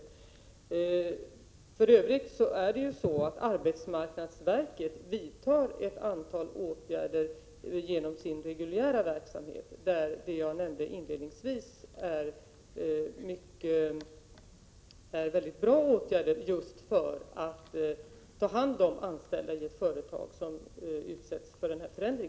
För övrigt vidtar arbetsmarknadsverket ett antal åtgärder genom sin reguljära verksamhet. Som jag nämnde inledningsvis är det fråga om väldigt bra åtgärder just för att ta hand om de anställda i ett företag som utsätts för en sådan här förändring.